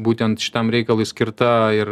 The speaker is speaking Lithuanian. būtent šitam reikalui skirta ir